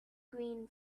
green